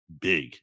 big